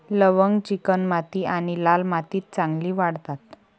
लवंग चिकणमाती आणि लाल मातीत चांगली वाढतात